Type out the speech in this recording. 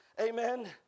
amen